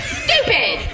stupid